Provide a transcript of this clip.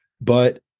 but-